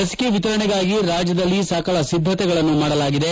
ಲಸಿಕೆ ವಿತರಣೆಗಾಗಿ ರಾಜ್ಯದಲ್ಲಿ ಸಕಲ ಸಿದ್ದತೆಗಳನ್ನು ಮಾಡಲಾಗಿದೆ